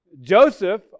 Joseph